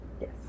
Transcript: Yes